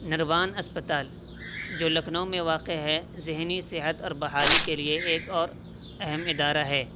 نروان اسپتال جو لکھنؤ میں واقع ہے ذہنی صحت اور بحالی کے لیے ایک اور اہم ادارہ ہے